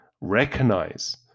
recognize